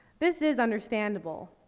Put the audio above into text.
this is understandable.